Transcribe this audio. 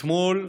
אתמול,